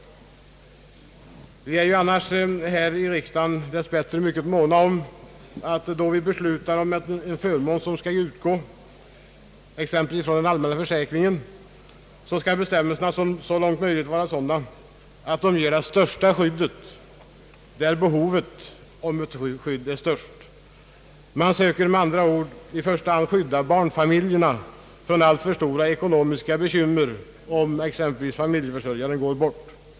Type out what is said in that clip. Vi är annars här i riksdagen dess bättre mycket måna om att då vi beslutar om en förmån, som skall utgå exempelvis från den allmänna försäkringen, skall bestämmelserna så långt möjligt vara sådana att de ger det största skyddet åt dem som har det största behovet av ett skydd. Man söker med andra ord att i första hand skydda barnfamiljerna från alltför stora ekonomiska bekymmer, om familjeförsörjaren går bort.